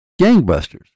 Gangbusters